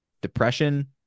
depression